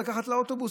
לקחת אוטובוס.